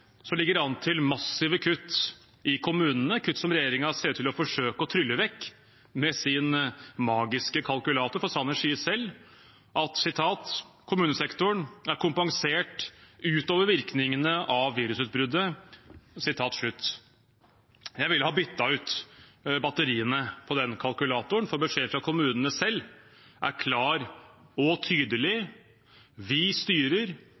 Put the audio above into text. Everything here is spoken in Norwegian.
ligger det an til massive kutt i kommunene, kutt som regjeringen ser ut til å forsøke å trylle vekk med sin magiske kalkulator, for Sanner sier selv at «kommunesektoren er kompensert ut over virkningene av virusutbruddet». Jeg ville ha byttet ut batteriene på den kalkulatoren, for beskjeden fra kommunene selv er klar og tydelig: Vi styrer